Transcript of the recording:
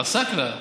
עַסַאקְלַה.